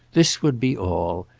this would be all,